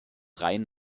rhein